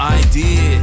idea